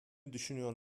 düşünüyor